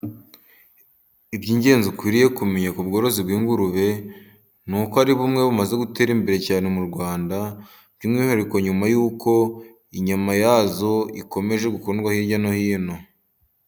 Ibyingenzi ukwiriye kumenya ku bworozi bw'ingurube, ni uko ari bumwe bumaze gutera imbere cyane mu Rwanda. Byumwihariko nyuma y'uko inyama yazo ikomeje gukundwa hirya no hino.